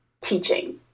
teaching